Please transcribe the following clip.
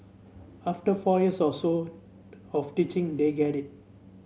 after four years or so of teaching they get it